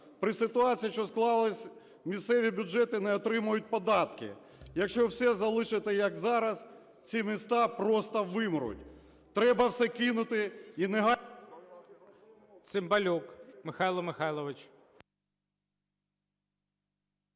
При ситуації, що склалася, місцеві бюджети не отримують податки. Якщо все залишити, як зараз, ці міста просто вимруть. Треба все кинути і негайно…